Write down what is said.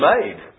made